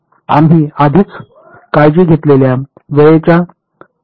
आम्ही आधीच काळजी घेतलेल्या वेळेच्या अवलंबनाकडे मी दुर्लक्ष करीत आहे